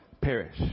perish